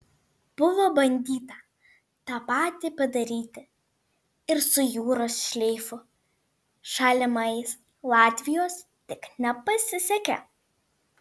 buvo bandyta tą patį padaryti ir su jūros šleifu šalimais latvijos tik nepasisekė